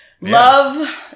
Love